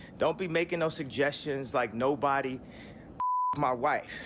don't be making no suggestions like nobody my wife.